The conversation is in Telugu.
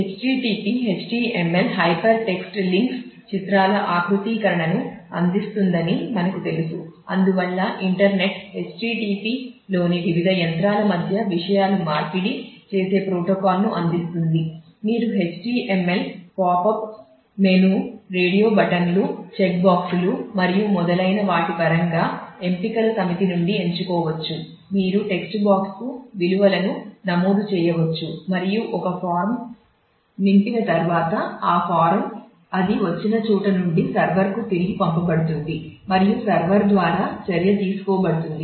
http HTML హైపర్ టెక్స్ట్ లింక్స్కు తిరిగి పంపబడుతుంది మరియు సర్వర్ ద్వారా చర్య తీసుకోబడుతుంది